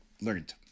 learned